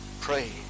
Pray